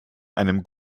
einem